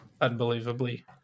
unbelievably